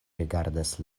rigardas